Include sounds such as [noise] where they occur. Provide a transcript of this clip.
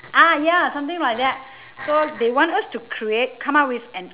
ah ya something like that [breath] so they want us to create come up with an